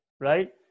Right